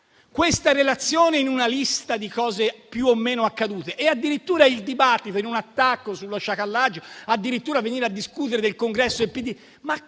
questa relazione in una lista di cose più o meno accadute e il dibattito in un attacco sullo sciacallaggio, finendo addirittura per discutere del congresso del PD,